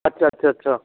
ਅੱਛਾ ਅੱਛਾ ਅੱਛਾ